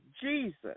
Jesus